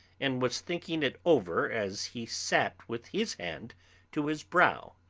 and was thinking it over as he sat with his hand to his brow.